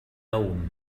يوم